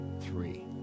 three